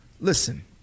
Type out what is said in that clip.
listen